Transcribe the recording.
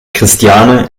christiane